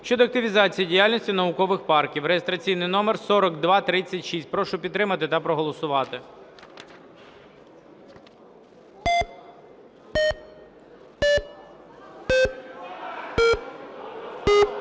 щодо активізації діяльності наукових парків (реєстраційний номер 4236). Прошу підтримати та проголосувати.